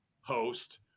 host